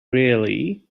really